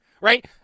right